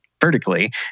vertically